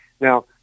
Now